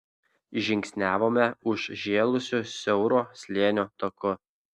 žingsniavome užžėlusiu siauro slėnio taku